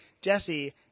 Jesse